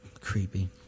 Creepy